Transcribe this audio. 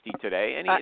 today